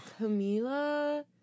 Camila